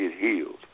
healed